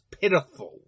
pitiful